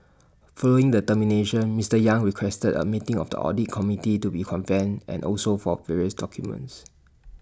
following the termination Mister yang requested A meeting of the audit committee to be convened and also for various documents